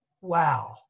wow